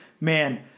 Man